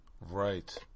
right